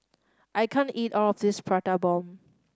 I can't eat all of this Prata Bomb